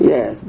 Yes